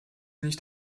nicht